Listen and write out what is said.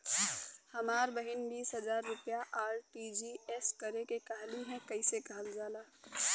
हमर बहिन बीस हजार रुपया आर.टी.जी.एस करे के कहली ह कईसे कईल जाला?